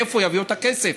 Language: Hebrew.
מאיפה יביאו את הכסף,